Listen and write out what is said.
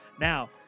Now